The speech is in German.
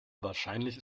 wahrscheinlich